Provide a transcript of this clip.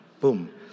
Boom